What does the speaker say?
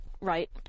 right